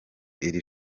iri